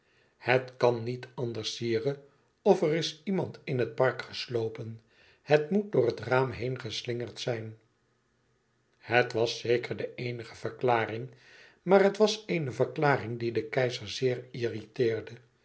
het kan niet anders sire of er is iemand in het park geslopen het moet door het raam heen geslingerd zijn het was zeker de eenige verklaring maar het was eene verklaring die den keizer zeer irriteerde